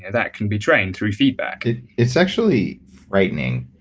that can be trained through feedback it's actually frightening.